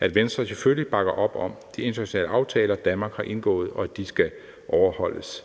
at Venstre selvfølgelig bakker op om de internationale aftaler, Danmark har indgået, og at de skal overholdes.